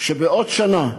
שבעוד שנה,